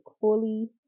fully